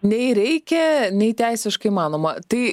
nei reikia nei teisiškai įmanoma tai